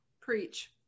Preach